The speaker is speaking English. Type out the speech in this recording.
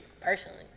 personally